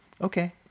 okay